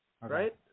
Right